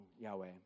Yahweh